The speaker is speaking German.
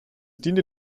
dient